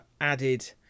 added